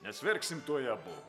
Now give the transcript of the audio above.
nes verksim tuoj abu